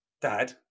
Dad